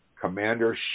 Commander